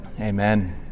amen